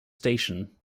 station